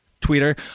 Twitter